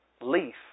leaf